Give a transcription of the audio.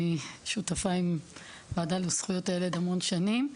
אני שותפה עם הוועדה לזכויות הילד המון שנים,